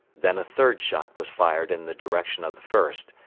then a third shot was fired in the direction of the first,